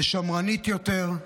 לשמרנית יותר,